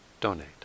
donate